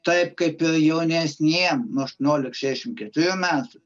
taip kaip ir jaunesniem aštuoniolika šešiasdešimt keturių metų